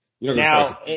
Now